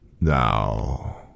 Now